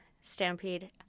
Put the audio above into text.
stampede